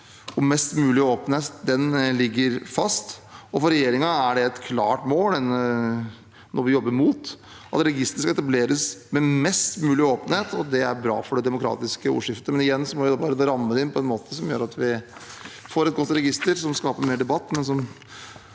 om mest mulig åpenhet ligger fast, og for regjeringen er det et klart mål og noe vi jobber mot, at registeret skal etableres med mest mulig åpenhet. Det er bra for det demokratiske ordskiftet, men igjen må vi ramme det inn på en måte som gjør at vi får et godt register som både skaper mer debatt